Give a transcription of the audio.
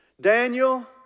Daniel